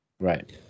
Right